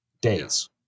days